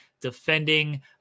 defending